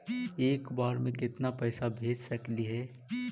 एक बार मे केतना पैसा भेज सकली हे?